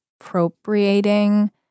appropriating